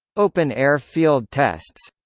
open-air field tests